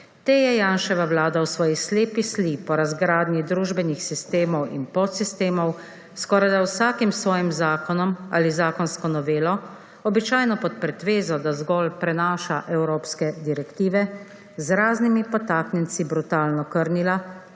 Te je Janševa vlada v svoji slepi sli po razgradnji družbenih sistemov in podsistemov skorajda vsakim svojim zakonom ali zakonsko novelo, običajno pod pretvezo, da zgolj prenaša evropske direktive, z raznimi podtaknjenci brutalno krnila